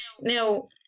Now